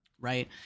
Right